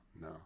No